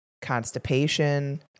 constipation